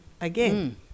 again